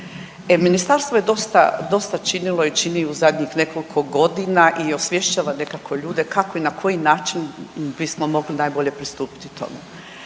Ministarstvo je dosta činilo i čini u zadnjih nekoliko godina i osvješćava nekako ljude kako i na koji način bismo mogli najbolje pristupiti tome